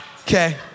okay